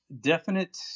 definite